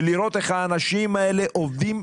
ולראות איך האנשים האלה עובדים.